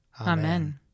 Amen